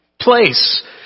place